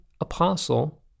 apostle